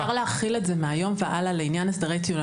אפשר להחיל את זה מהיום והלאה לעניין הסדרי טיעון.